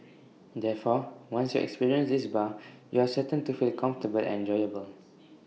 therefore once you experience this bar you are certain to feel comfortable and enjoyable